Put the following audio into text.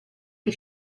che